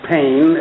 Pain